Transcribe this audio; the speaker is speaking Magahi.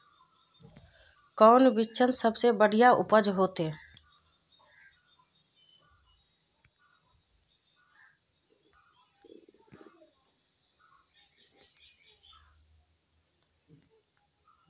कौन बिचन सबसे बढ़िया उपज होते?